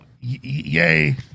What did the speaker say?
yay